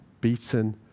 beaten